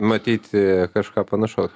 matyti kažką panašau